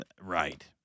Right